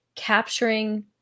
capturing